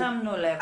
שמנו לב לזה.